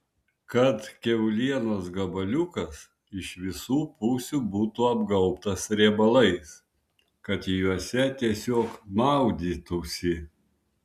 kad kiaulienos gabaliukas iš visų pusių būtų apgaubtas riebalais kad juose tiesiog maudytųsi